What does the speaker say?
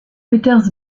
peters